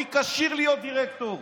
מי כשיר להיות דירקטור.